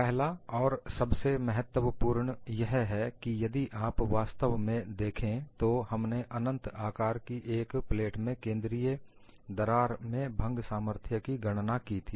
पहला और सबसे महत्वपूर्ण यह है कि यदि आप वास्तव में देखें तो हमने अनंत आकार की एक प्लेट में केंद्रीय दरार में भंग सामर्थ्य की गणना की थी